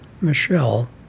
Michelle